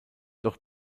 doch